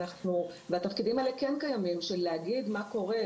והתפקידים האלה כן קיימים של להגיד מה קורה,